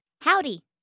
Howdy